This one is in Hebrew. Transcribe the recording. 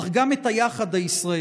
אך גם את היחד הישראלי,